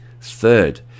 Third